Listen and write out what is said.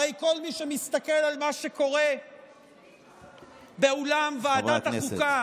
הרי כל מי שמסתכל על מה שקורה באולם ועדת החוקה